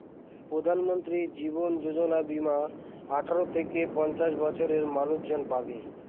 প্রধানমন্ত্রী জীবন যোজনা বীমা আঠারো থেকে পঞ্চাশ বছরের মানুষজন পাবে